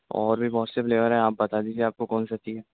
اور بھی بہت سے فلیور ہیں آپ بتا دیجیے آپ کو کون سا چہیے